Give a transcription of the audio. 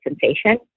sensation